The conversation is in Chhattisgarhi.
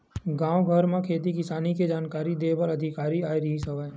गाँव घर म खेती किसानी के जानकारी दे बर अधिकारी आए रिहिस हवय